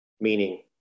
Meaning